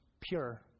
pure